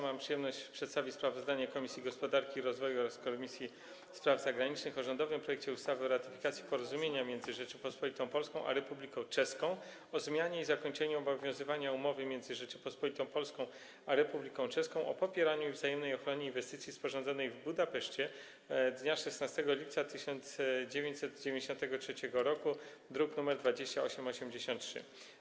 Mam przyjemność przedstawić sprawozdanie Komisji Gospodarki i Rozwoju oraz Komisji Spraw Zagranicznych o rządowym projekcie ustawy o ratyfikacji Porozumienia między Rzecząpospolitą Polską a Republiką Czeską o zmianie i zakończeniu obowiązywania Umowy między Rzecząpospolitą Polską a Republiką Czeską o popieraniu i wzajemnej ochronie inwestycji, sporządzonej w Budapeszcie dnia 16 lipca 1993 r., druk nr 2883.